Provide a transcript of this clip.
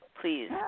please